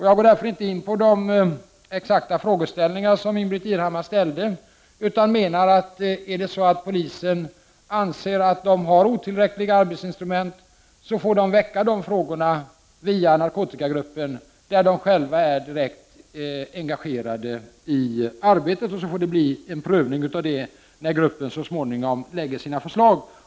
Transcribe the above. Jag går därför inte in på de exakta frågeställningar som Ingbritt Irhammar tog upp, utan jag menar att om polisen anser att den har otillräckliga arbetsinstrument får den väcka frågor om detta via narkotikagruppen där polisen är direkt engagerad i arbetet, och så får det bli en prövning av detta när gruppen så småningom lägger fram sina förslag.